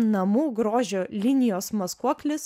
namų grožio linijos maskuoklis